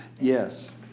Yes